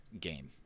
game